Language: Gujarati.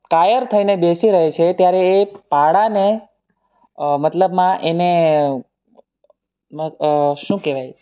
કાયર થઈને બેસી રહે છે ત્યારે એ પાડાને મતલબમાં એને શું કહેવાય